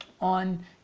on